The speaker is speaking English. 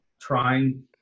trying